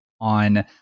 on